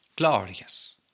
Glorious